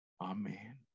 Amen